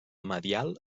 medial